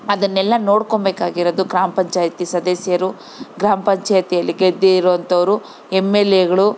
ಅದನ್ನೆಲ್ಲ ನೋಡ್ಕೊಂಬೇಕಾಗಿರೊದು ಗ್ರಾಮ ಪಂಚಾಯ್ತಿ ಸದಸ್ಯರು ಗ್ರಾಮ ಪಂಚಾಯ್ತಿಯಲ್ಲಿ ಗೆದ್ದಿರೊಂಥವರು ಎಮ್ ಎಲ್ ಎಗಳು